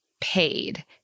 paid